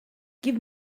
give